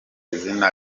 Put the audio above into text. izina